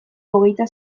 hogeita